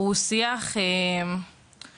הוא שיח שכולל